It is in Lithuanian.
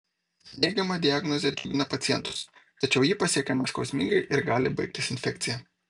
neigiama diagnozė džiugina pacientus tačiau ji pasiekiama skausmingai ir gali baigtis infekcija